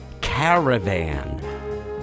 Caravan